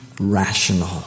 Rational